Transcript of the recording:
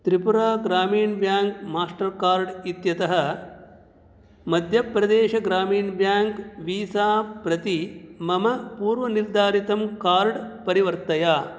त्रिपुरा ग्रामीणः bank Mastercard इत्यतः मध्यप्रदेशः ग्रामीणः ब्याङ्क् वीसा प्रति मम पूर्वनिर्धारितं कार्ड् परिवर्तय